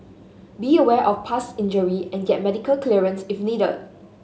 be aware of past injury and get medical clearance if needed